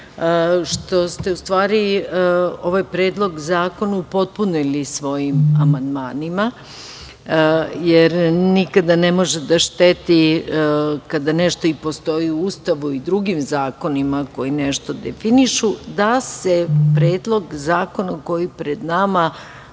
što ste u stvari ovaj Predlog zakona upotpunili svojim amandmanima, jer nikada ne može da šteti kada nešto postoji u Ustavu i drugim zakonima koji nešto definišu, da se predlog zakona koji je pred nama